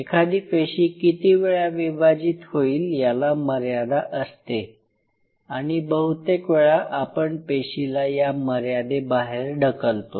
एखादी पेशी किती वेळा विभाजित होईल याला मर्यादा असते आणि बहुतेक वेळा आपण पेशीला या मर्यादेबाहेर ढकलतो